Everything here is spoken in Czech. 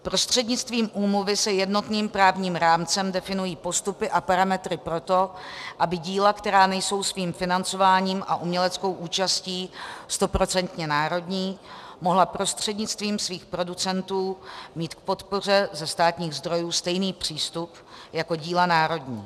Prostřednictvím úmluvy se jednotným právním rámcem definují postupy a parametry proto, aby díla, která nejsou svým financováním a uměleckou účastí stoprocentně národní, mohla prostřednictvím svých producentů mít k podpoře ze státních zdrojů stejný přístup jako díla národní.